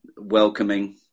welcoming